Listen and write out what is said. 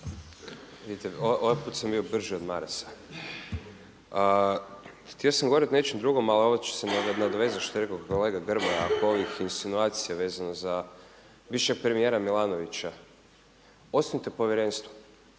(SDP)** Ovaj put sam bio brži od Marasa. Htio sam govoriti o nečemu drugom ali ovo ću se nadovezati što je rekao kolega Grmoja oko ovih insinuacija vezano za bivšeg premijera Milanovića. Osnujte povjerenstvo.